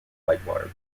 whitewater